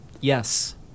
yes